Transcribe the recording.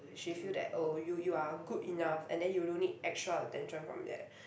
she feel that oh you you are good enough and then you don't need extra attention from that